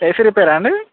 AC రిపేరా అండి